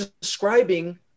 describing